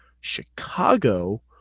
Chicago